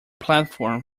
platform